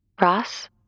Ross